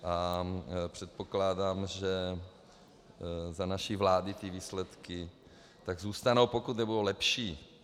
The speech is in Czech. A předpokládám, že za naší vlády ty výsledky tak zůstanou, pokud nebudou lepší.